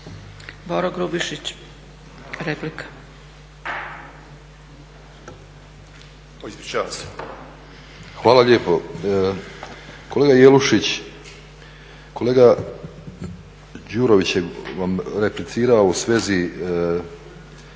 Boro Grubišić, replika.